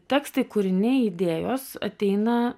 tekstai kūriniai idėjos ateina